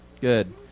Good